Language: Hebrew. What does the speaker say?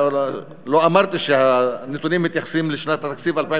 לא אמרתי שהנתונים מתייחסים לשנות התקציב 2007